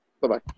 bye-bye